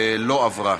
לא עברה.